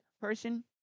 person